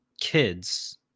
kids